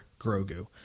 Grogu